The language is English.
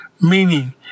Meaning